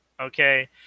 okay